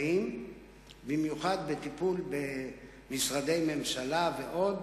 במיוחד טיפול במשרדי ממשלה ועוד,